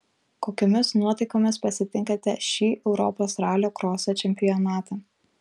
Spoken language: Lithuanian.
kokiomis nuotaikomis pasitinkate šį europos ralio kroso čempionatą